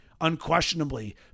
unquestionably